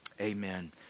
amen